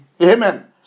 Amen